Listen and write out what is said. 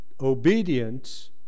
obedience